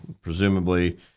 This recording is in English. Presumably